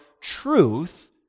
truth